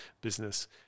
business